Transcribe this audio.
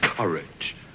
Courage